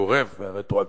הגורף והרטרואקטיבי,